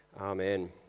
amen